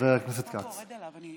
חבר הכנסת כץ.